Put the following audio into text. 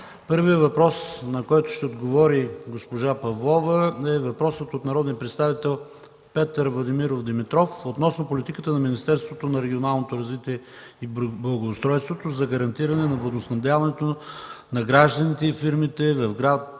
Първият въпрос, на който ще отговори госпожа Павлова, е въпрос от народния представител Петър Владимиров Димитров относно политиката на Министерството на регионалното развитие и благоустройството за гарантиране на водоснабдяването на гражданите и фирмите в град